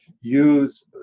use